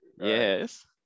Yes